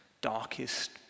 darkest